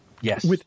Yes